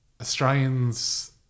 australians